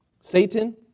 Satan